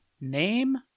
name